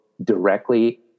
directly